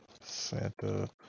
santa